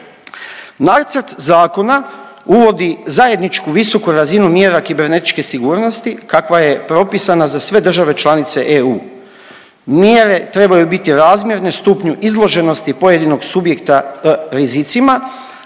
Nacrt zakona uvodi zajedničku visoku razinu mjera kibernetičke sigurnosti kakva je propisana za sve države članice EU. Mjere trebaju biti razmjerne stupnju izloženosti pojedinog subjekta rizicima,